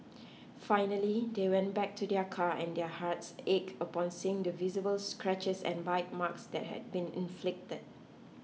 finally they went back to their car and their hearts ached upon seeing the visible scratches and bite marks that had been inflicted